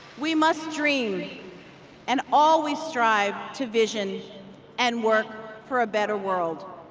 we must dream and always strive to vision and work for a better world.